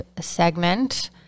segment